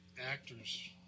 actors